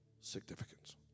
significance